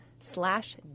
slash